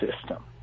system